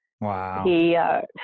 Wow